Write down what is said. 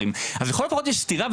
אז לכל הפחות יש סתירה,